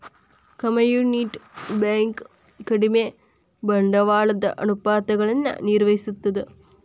community bank ಕಡಿಮಿ ಬಂಡವಾಳದ ಅನುಪಾತಗಳನ್ನ ನಿರ್ವಹಿಸ್ತದ